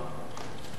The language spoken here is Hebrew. כאן,